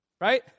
Right